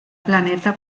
planeta